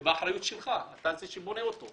זה באחריות שלך כמי שבונה אותו.